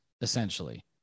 essentially